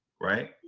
right